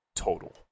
total